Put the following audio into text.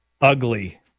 ugly